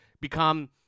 Become